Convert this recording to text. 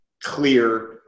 clear